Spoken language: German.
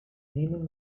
nehmen